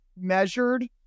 measured